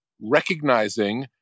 recognizing